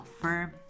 firm